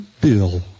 Bill